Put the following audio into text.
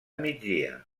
migdia